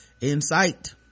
insight